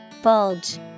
Bulge